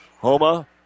Homa